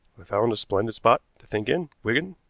i found a splendid spot to think in, wigan,